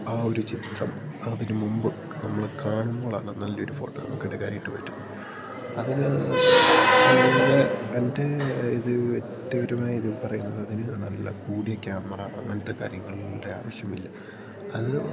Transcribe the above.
ആ ഒരു ചിത്രം അതിനു മുമ്പ് നമ്മള് കാണുമ്പോളാണ് നല്ലൊരു ഫോട്ടോ നമുക്ക് എടുക്കാനായിട്ടു പറ്റും അതില് എൻ്റെ ഇത് വ്യക്തിപരമായ ഇത് പറയുന്നത് അതിനു നല്ല കൂടിയ ക്യാമറ അങ്ങനത്തെ കാര്യങ്ങളുടെ ആവശ്യമില്ല അത്